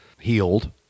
healed